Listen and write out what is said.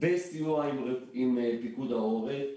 בסיוע עם פיקוד העורף.